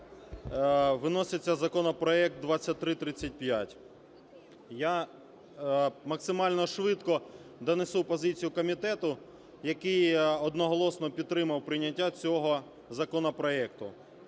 виноситься законопроект 2335. Я максимально швидко донесу позицію комітету, який одноголосно підтримав прийняття цього законопроекту.